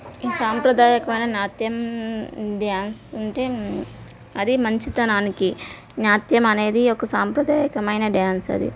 ఈ సాంప్రదాయకమైన నాట్యం డ్యాన్స్ అంటే అది మంచితనానికి నాట్యం అనేది ఒక సాంప్రదాయకమైన డ్యాన్స్ అది